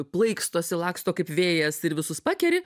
plaikstosi laksto kaip vėjas ir visus pakeri